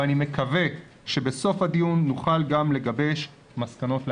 ואני מקווה שבסוף הדיון נוכל גם לגבש מסקנות להמשך.